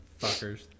Fuckers